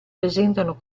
presentano